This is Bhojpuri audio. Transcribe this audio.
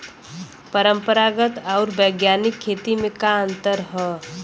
परंपरागत आऊर वैज्ञानिक खेती में का अंतर ह?